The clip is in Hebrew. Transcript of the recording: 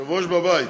היושב-ראש בבית.